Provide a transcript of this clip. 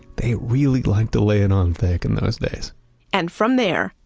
they really liked to lay it on thick in those days and from there,